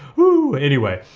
whoo! anyway,